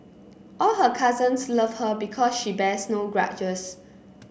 all her cousins love her because she bears no grudges